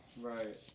Right